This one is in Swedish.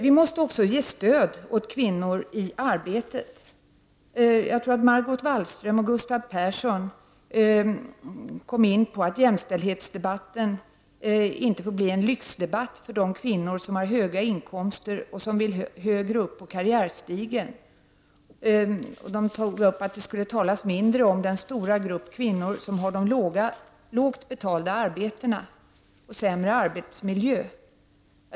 Vi måste också ge stöd åt kvinnor i arbetet. Margot Wallström och Gustav Persson kom in på detta att jämställdhetsdebatten inte får bli en lyxdebatt för de kvinnor som har höga inkomster och som vill högre upp på karriärstegen. De sade att det talas mindre om den stora grupp kvinnor som har lågt betalda arbeten och sämre arbetsmiljö.